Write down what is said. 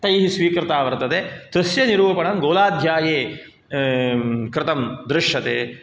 तैः स्वीकृता वर्तते तस्य निरूपणं गोलाध्याये कृतं दृश्यते